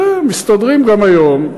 מסתדרים גם היום.